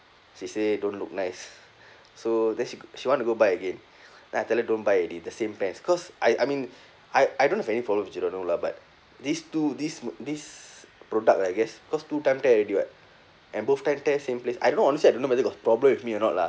she say don't look nice so then she g~ she want to go buy again then I tell her don't buy already the same pants cause I I mean I I don't have any problems with Giordano lah but these two this this product I guess cause two time tear already [what] and both pant tear same place I don't know honestly I don't know whether got problem with me or not lah